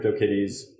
CryptoKitties